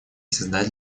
создать